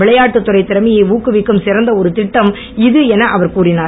விளையாட்டுத் திறமையை ஊக்குவிக்கும் சிறந்த ஒரு திட்டம் இது என அவர் கூறினார்